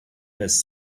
has